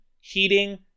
heating